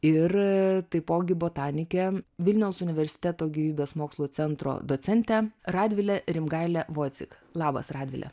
ir taipogi botanikė vilniaus universiteto gyvybės mokslų centro docentę radvilę rimgailę voicik labas radvile